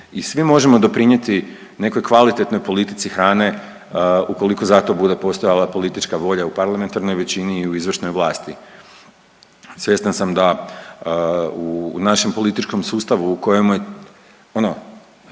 i svi možemo doprinjeti nekoj kvalitetnoj politici hrane ukoliko za to bude postojala politička volja u parlamentarnoj većini i u izvršnoj vlasti. Svjestan sam da u našem političkom sustavu u kojemu je